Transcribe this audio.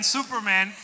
Superman